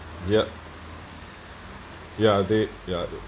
yup ya they ya they